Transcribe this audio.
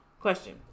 Question